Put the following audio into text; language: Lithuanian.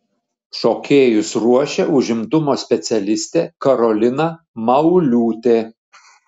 šokėjus ruošė užimtumo specialistė karolina mauliūtė